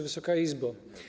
Wysoka Izbo!